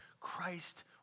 Christ